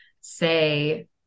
say